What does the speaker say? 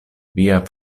via